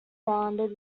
rounded